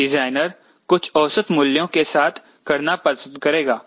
designer कुछ औसत मूल्यों के साथ करना पसंद करेंगे